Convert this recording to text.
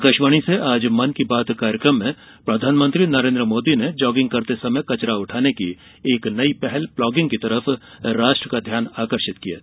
आकाशवाणी से आज मन की बात कार्यक्रम में प्रधानमंत्री नरेन्द्र मोदी ने जागिंग करते समय कचरा उठाने की एक नई पहल प्लॉगिंग की ओर राष्ट का ध्यान आकर्षित किया था